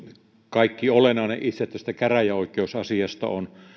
kaikki olennainen tästä itse käräjäoikeusasiasta on